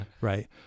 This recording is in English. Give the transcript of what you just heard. Right